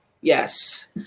yes